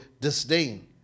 disdain